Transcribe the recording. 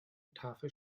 tafel